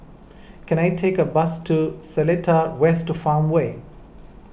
can I take a bus to Seletar West Farmway